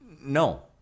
No